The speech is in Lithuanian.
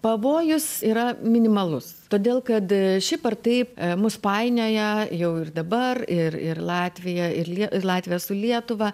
pavojus yra minimalus todėl kad šiaip ar taip mus painioja jau ir dabar ir ir latvija ir lie latviją su lietuva